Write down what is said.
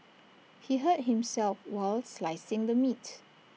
he hurt himself while slicing the meat